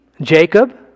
Jacob